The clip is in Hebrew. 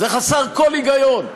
זה חסר כל היגיון.